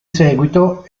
seguito